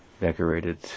decorated